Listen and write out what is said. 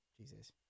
Jesus